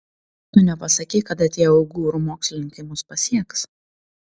tu nepasakei kada tie uigūrų mokslininkai mus pasieks